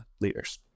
leaders